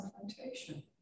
confrontation